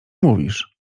mówisz